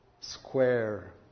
square